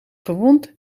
verwond